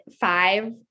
five